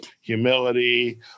humility